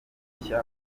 mushya